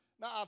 Now